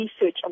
research